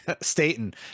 Staten